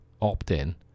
opt-in